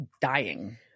dying